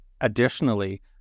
additionally